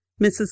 Mrs